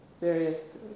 various